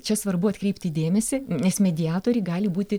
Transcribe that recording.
čia svarbu atkreipti dėmesį nes mediatoriai gali būti